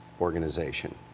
organization